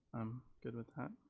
i'm good with that.